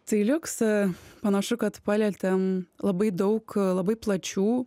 tai liuks panašu kad palietėm labai daug labai plačių